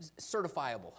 certifiable